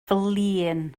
flin